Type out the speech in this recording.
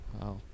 Wow